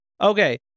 Okay